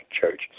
church